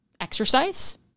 exercise